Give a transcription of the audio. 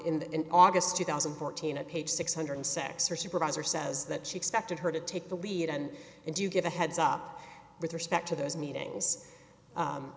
on in august two thousand and fourteen a page six hundred sexor supervisor says that she expected her to take the lead and do give a heads up with respect to those meetings